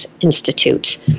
Institute